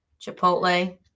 Chipotle